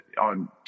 on